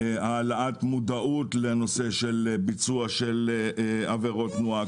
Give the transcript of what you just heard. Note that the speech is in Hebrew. העלאת מודעות לנושא של ביצוע של עבירות תנועה,